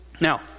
Now